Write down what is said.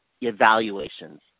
evaluations